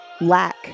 lack